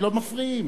לא מפריעים.